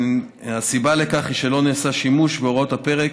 הסיבה לכך שלא נעשה שימוש בהוראות הפרק